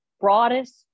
broadest